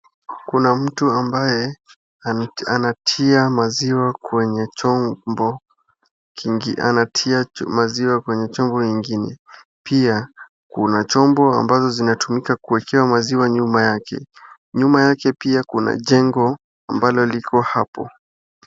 Kuna mtu ambaye anatia maziwa kwenye chombo kingi anatoa maziwa kwenye chombo ingine pia kuna chombo ambazo zinatumika kuekewa maziwa nyuma yake. Nyuma yake pia kuna jengo ambalo liko hapo.